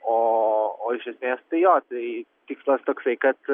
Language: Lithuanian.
o o iš esmės tai jo tai tikslas toksai kad